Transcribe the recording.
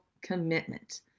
commitment